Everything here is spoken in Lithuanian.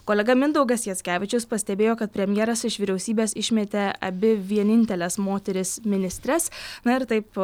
kolega mindaugas jackevičius pastebėjo kad premjeras iš vyriausybės išmetė abi vieninteles moteris ministres na ir taip